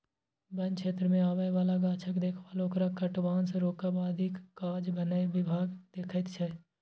बन क्षेत्रमे आबय बला गाछक देखभाल ओकरा कटबासँ रोकब आदिक काज बन विभाग देखैत छै